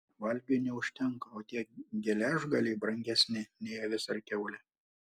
valgiui neužtenka o tie geležgaliai brangesni nei avis ar kiaulė